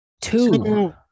Two